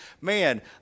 man